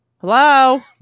Hello